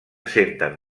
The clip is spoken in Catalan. senten